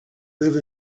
live